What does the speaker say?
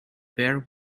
bare